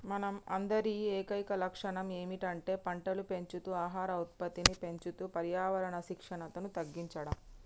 మన అందరి ఏకైక లక్షణం ఏమిటంటే పంటలు పెంచుతూ ఆహార ఉత్పత్తిని పెంచుతూ పర్యావరణ క్షీణతను తగ్గించడం